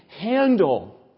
handle